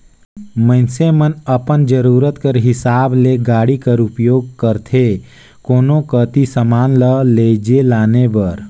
मइनसे मन अपन जरूरत कर हिसाब ले गाड़ी कर उपियोग करथे कोनो कती समान ल लेइजे लाने बर